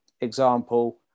example